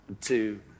two